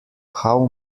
how